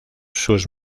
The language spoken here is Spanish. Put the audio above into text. sus